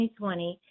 2020